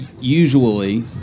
usually